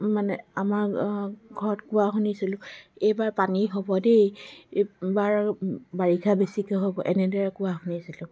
মানে আমাৰ ঘৰত কোৱা শুনিছিলোঁ এইবাৰ পানী হ'ব দেই এইবাৰ বাৰিষা বেছিকৈ হ'ব এনেদৰে কোৱা শুনিছিলোঁ